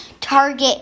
target